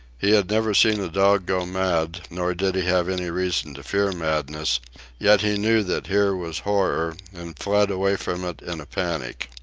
he had never seen a dog go mad, nor did he have any reason to fear madness yet he knew that here was horror, and fled away from it in a panic.